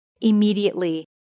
Immediately